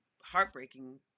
heartbreaking